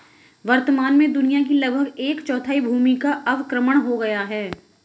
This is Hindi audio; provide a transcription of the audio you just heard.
वर्तमान में दुनिया की लगभग एक चौथाई भूमि का अवक्रमण हो गया है